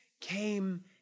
came